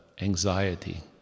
anxiety